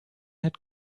had